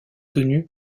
tenu